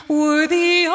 worthy